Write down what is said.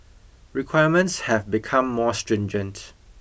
requirements have become more stringent